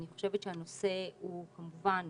אני חושבת שהנושא הוא כמובן